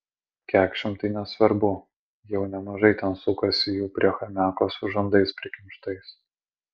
kekšėm tai nesvarbu jau nemažai ten sukasi jų prie chamiako su žandais prikimštais